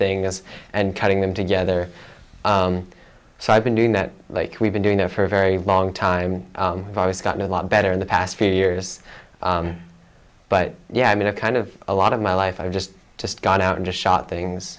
thing us and putting them together so i've been doing that like we've been doing it for a very long time we've always gotten a lot better in the past few years but yeah i mean it kind of a lot of my life i just just got out and just shot things